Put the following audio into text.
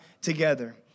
together